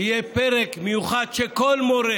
יהיה פרק מיוחד, וכל מורה